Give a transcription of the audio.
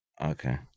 Okay